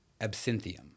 absinthium